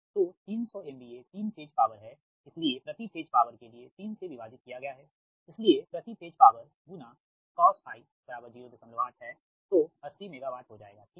तो300 MVA 3 phase power है इसलिए प्रति फेज पॉवर के लिए 3 से विभाजित किया गया है इसलिए प्रति फेज पॉवर गुणा cosφ 08 है तो 80 मेगावाट हो जायेगा ठीक है